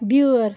بیٛٲرۍ